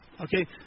Okay